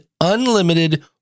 unlimited